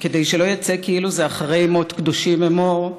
וכדי שלא יצא כאילו זה "אחרי מות, קדושים אמור",